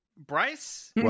Bryce